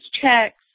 checks